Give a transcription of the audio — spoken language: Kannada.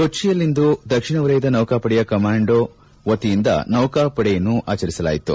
ಕೊಚ್ಚಿಯಲ್ಲಿಂದು ದಕ್ಷಿಣ ವಲಯದ ನೌಕಾಪಡೆಯ ಕಮಾಂಡ್ ವತಿಯಿಂದ ನೌಕಾ ಪಡೆ ದಿನವನ್ನು ಆಚರಿಸಲಾಯಿತು